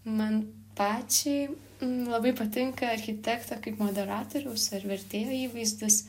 man pačiai labai patinka architekto kaip moderatoriaus ar vertėjo įvaizdis